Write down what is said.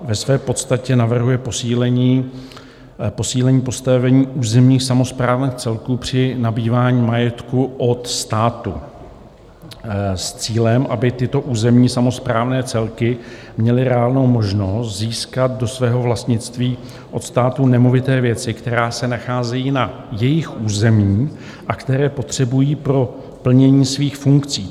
Ve své podstatě navrhuje posílení postavení územních samosprávných celků při nabývání majetku od státu s cílem, aby tyto územní samosprávné celky měly reálnou možnost získat do svého vlastnictví od státu nemovité věci, které se nacházejí na jejich území a které potřebují pro plnění svých funkcí.